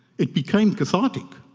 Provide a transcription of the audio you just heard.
it became cathartic.